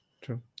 true